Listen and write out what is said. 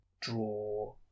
draw